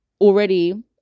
already